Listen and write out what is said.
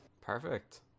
Perfect